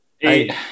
Eight